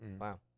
wow